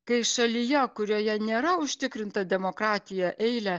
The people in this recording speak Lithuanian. kai šalyje kurioje nėra užtikrinta demokratija eilę